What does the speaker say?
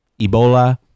Ebola